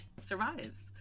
survives